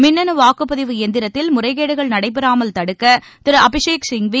மின்னு வாக்குப்பதிவு எந்திரத்தில் முறைகேடுகள் நடைபெறாமல் தடுக்க திரு அபிஷேக் சிங்வி